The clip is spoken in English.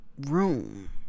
room